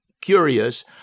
curious